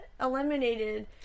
eliminated